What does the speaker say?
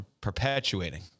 perpetuating